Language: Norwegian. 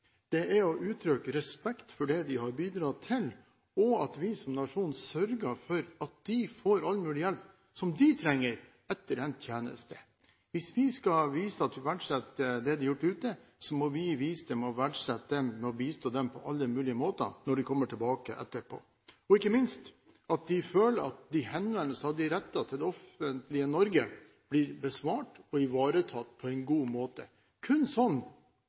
takke dem, å uttrykke respekt for det de har bidratt til, og at vi som nasjon sørger for at de får all mulig hjelp som de trenger etter endt tjeneste. Hvis vi skal vise at vi verdsetter det de har gjort ute, må vi vise at vi verdsetter dem ved å bistå dem på alle mulige måter når de kommer tilbake. Ikke minst er det viktig at de henvendelsene de retter til det offentlige Norge, blir besvart og ivaretatt på en god måte. Kun